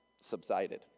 subsided